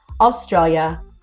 Australia